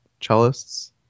cellists